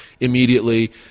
Immediately